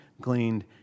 gleaned